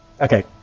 Okay